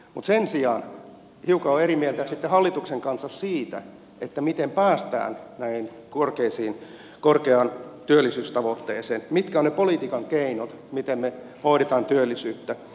mutta sen sijaan olen hiukan eri mieltä sitten hallituksen kanssa siitä miten päästään tähän korkeaan työllisyystavoitteeseen mitkä ovat ne politiikan keinot miten me hoidamme työllisyyttä